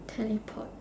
teleport